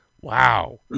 Wow